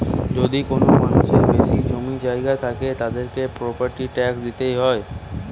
যদি কোনো মানুষের বেশি জমি জায়গা থাকে, তাদেরকে প্রপার্টি ট্যাক্স দিইতে হয়